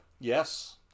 Yes